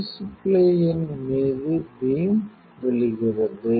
கிருசிப்பிலேயின் மீது பீம் விழுகிறது